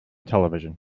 television